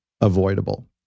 avoidable